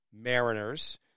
Mariners